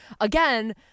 again